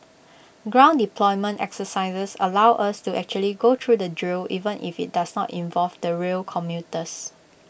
ground deployment exercises allow us to actually go through the drill even if IT does not involve the rail commuters